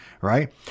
right